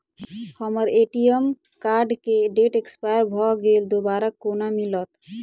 हम्मर ATM card केँ date expire भऽ गेल दोबारा कोना मिलत?